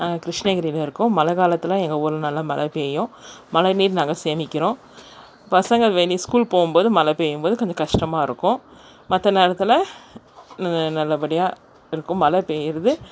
கிருஷ்ணகிரியில் இருக்கோம் மழை காலத்தில் எங்கள் ஊர் நல்ல மழை பெய்யும் மழை நீர் நாங்கள் சேமிக்கிறோம் பசங்கள் வெளி ஸ்கூல் போகும்போது மழை பெய்யும்போது கொஞ்சம் கஷ்டமாக இருக்கும் மற்ற நேரத்தில் நல்ல படியாக இருக்கும் மழை பெய்கிறது